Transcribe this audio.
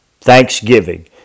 Thanksgiving